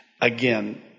Again